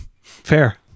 Fair